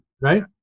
right